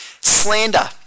Slander